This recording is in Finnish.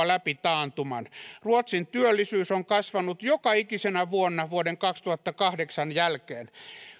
läpi taantuman ruotsin työllisyys on kasvanut joka ikisenä vuonna vuoden kaksituhattakahdeksan jälkeen